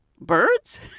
Birds